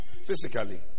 physically